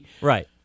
Right